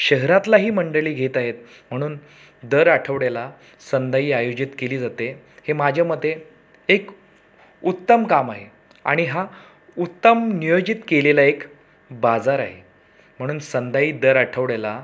शहरातला ही मंडळी घेत आहेत म्हणून दर आठवड्याला संदाई आयोजित केली जाते हे माझ्या मते एक उत्तम काम आहे आणि हा उत्तम नियोजित केलेला एक बाजार आहे म्हणून संदाई दर आठवड्याला